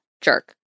jerk